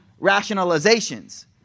rationalizations